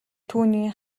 түүний